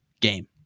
game